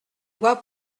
doit